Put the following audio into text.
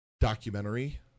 documentary